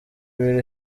ibiri